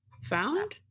found